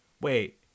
wait